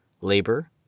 labor